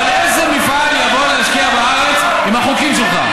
אבל איזה מפעל יבוא וישקיע בארץ עם החוקים שלך?